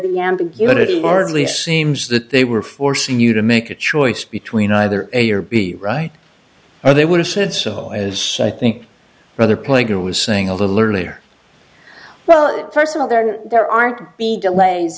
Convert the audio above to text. hardly seems that they were forcing you to make a choice between either a or b right or they would have said so as i think rather playing it was saying a little earlier well first of all there are there aren't to be delays